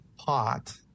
pot